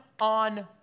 on